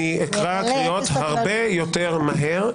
לנאומו של שר המשפטים אני אקרא קריאות הרבה יותר מהר,